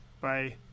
Bye